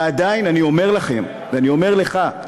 ועדיין, אני אומר לכם, ואני אומר לך: